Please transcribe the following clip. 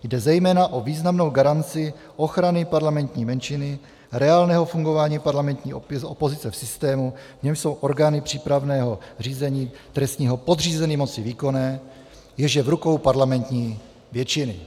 Jde zejména o významnou garanci ochrany parlamentní menšiny, reálného fungování parlamentní opozice v systému, v němž jsou orgány přípravného řízení trestního podřízeny moci výkonné, jež je v rukou parlamentní většiny.